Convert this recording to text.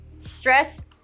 stress